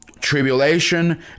tribulation